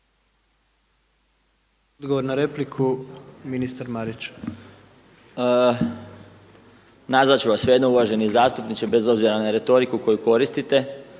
Odgovor na repliku, ministar Marić. **Marić, Zdravko** Nazvat ću vas svejedno uvaženi zastupniče bez obzira na retoriku koju koristite.